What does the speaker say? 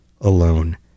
alone